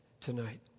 tonight